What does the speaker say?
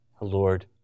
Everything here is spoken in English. Lord